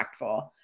impactful